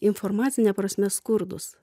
informacine prasme skurdūs